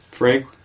Frank